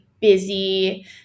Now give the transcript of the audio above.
busy